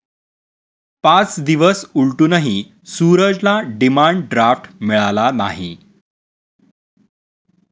पाच दिवस उलटूनही सूरजला डिमांड ड्राफ्ट मिळाला नाही